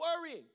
worrying